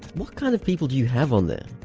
what kind of people do you have on there?